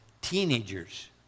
teenagers